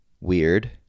weird